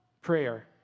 prayer